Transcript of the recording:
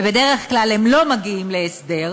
ובדרך כלל הם לא מגיעים להסדר,